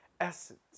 essence